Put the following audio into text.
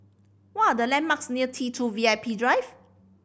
what are the landmarks near T Two V I P Drive